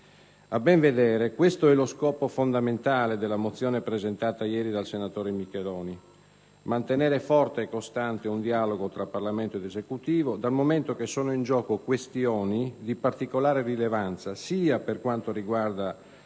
A ben vedere, questo è lo scopo fondamentale della mozione illustrata ieri dal senatore Micheloni: mantenere forte e costante un dialogo tra Parlamento ed Esecutivo, dal momento che sono in gioco questioni di particolare rilevanza sia per quanto riguarda